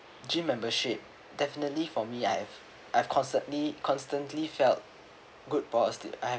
gym membership definitely for me I've I've constantly constantly felt good positive I have